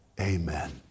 amen